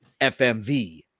FMV